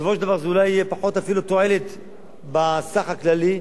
בסופו של דבר תהיה אפילו פחות תועלת בסך הכללי.